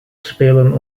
spelen